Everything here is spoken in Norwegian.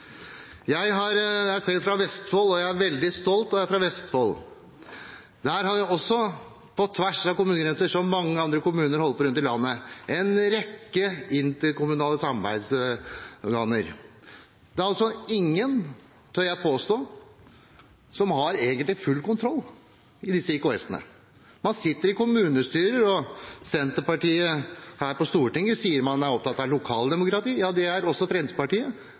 dag. Jeg er selv fra Vestfold, og jeg er veldig stolt av at jeg er fra Vestfold. Der har vi – på tvers av kommunegrenser, som mange andre kommuner rundt om i landet – en rekke interkommunale samarbeidsorganer. Det er ingen – tør jeg påstå – som egentlig har full kontroll i disse IKS-ene. Man sitter i kommunestyret, og Senterpartiet her på Stortinget sier at man er opptatt av lokaldemokrati. Det er også Fremskrittspartiet.